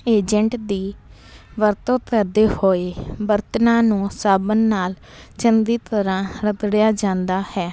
agent ਦੀ ਵਰਤੋਂ ਕਰਦੇ ਹੋਏ ਬਰਤਨਾਂ ਨੂੰ ਸਾਬਣ ਨਾਲ ਚੰਗੀ ਤਰ੍ਹਾਂ ਰਗੜਿਆ ਜਾਂਦਾ ਹੈ